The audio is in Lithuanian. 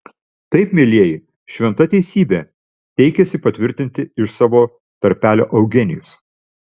taip mielieji šventa teisybė teikėsi patvirtinti iš savo tarpelio eugenijus